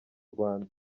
rwanda